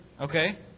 Okay